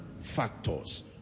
factors